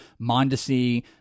Mondesi